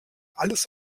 alles